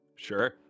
Sure